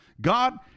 God